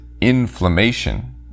inflammation